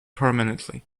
prominently